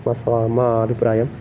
కాస్తా మా అభిప్రాయం